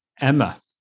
Emma